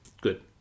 Good